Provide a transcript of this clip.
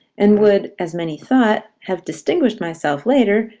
and would, as many thought, have distinguished myself later,